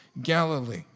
Galilee